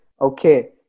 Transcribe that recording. Okay